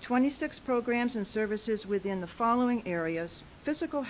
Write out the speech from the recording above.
twenty six programs and services within the following areas physical